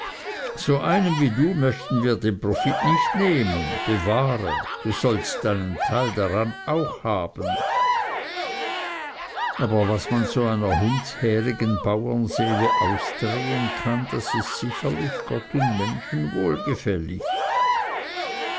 von einem wie du möchten wir den profit nicht nehmen bewahre du sollst deinen teil dar an auch haben aber was man so einer hundshärigen bauernseele ausdrehen kann das ist sicherlich gott und menschen wohlgefällig